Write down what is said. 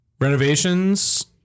Renovations